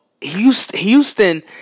Houston